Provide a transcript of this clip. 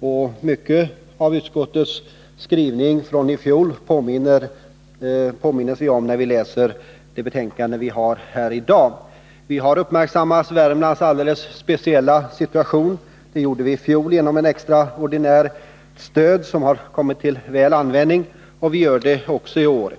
Och mycket av utskottets skrivning från i fjol påminns vi om när vi läser det betänkande vi behandlar i dag. Vi har uppmärksammat Värmlands alldeles speciella situation. Det gjorde vii fjol genom ett extraordinärt stöd som kommit till god användning, och vi gör det också i år.